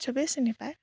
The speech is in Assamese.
চবেই চিনি পায়